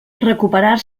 recuperar